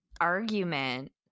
argument